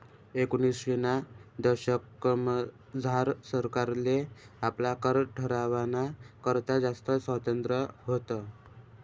एकोनिसशेना दशकमझार सरकारले आपला कर ठरावाना करता जास्त स्वातंत्र्य व्हतं